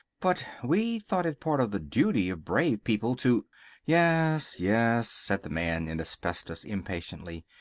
but we thought it part of the duty of brave people to yes, yes, said the man in asbestos impatiently,